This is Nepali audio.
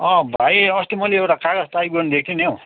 अँ भाइ अस्ति मैले एउटा कागज टाइप गर्न दिएको थिएँ नि हौ